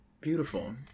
Beautiful